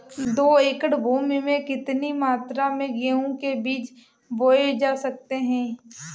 दो एकड़ भूमि में कितनी मात्रा में गेहूँ के बीज बोये जा सकते हैं?